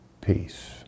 peace